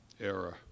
era